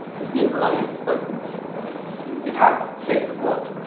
he stays alive to spite me. his heart is caked with muck,